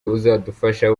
uzadufasha